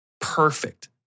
Perfect